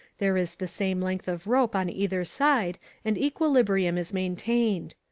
there is the same length of rope on either side and equilibrium is maintained.